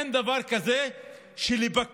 אין דבר כזה שלפקיד